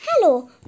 Hello